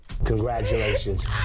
Congratulations